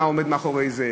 מה עומד מאחורי זה,